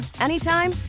anytime